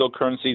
cryptocurrencies